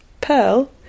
pearl